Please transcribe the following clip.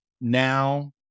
now